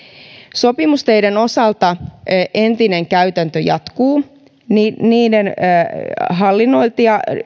sopimusteiden osalta entinen käytäntö jatkuu niiden hallinnointia